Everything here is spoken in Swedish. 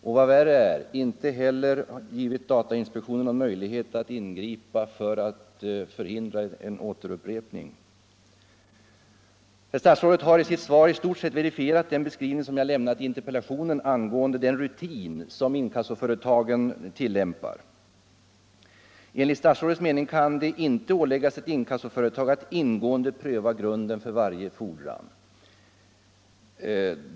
Och vad värre är — datainspektionen har inte haft någon möjlighet att ingripa för att hindra en upprepning. Statsrådet har i sitt svar i stort sett verifierat den beskrivning som jag har lämnat i interpellationen av den rutin som inkassoföretagen tilllämpar. Enligt statsrådets mening kan det inte åläggas ett inkassoföretag att ingående pröva grunden för varje fordran.